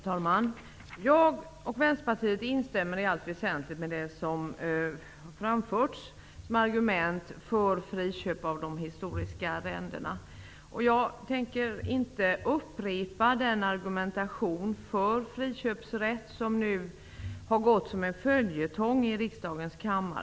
Herr talman! Jag och Vänsterpartiet instämmer i allt väsentligt i det som har framförts som argument för friköp av de historiska arrendena. Jag tänker inte upprepa den argumentation för friköpsrätt som har gått som en följetong i riksdagens kammare.